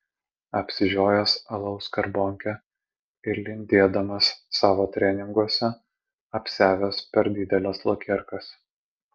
apsižiojęs alaus skarbonkę ir lindėdamas savo treninguose apsiavęs per dideles lakierkas